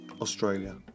Australia